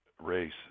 race